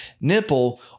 nipple